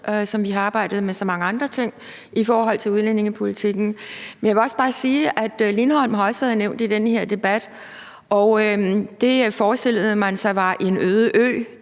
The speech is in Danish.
som vi har arbejdet med så mange andre ting i forhold til udlændingepolitikken. Jeg vil også bare sige, at Lindholm også har været nævnt i den her debat, og det forestillede man sig var en øde ø.